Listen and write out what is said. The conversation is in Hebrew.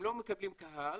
הם לא מקבלים קהל,